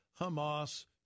Hamas